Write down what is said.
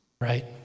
Right